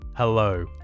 Hello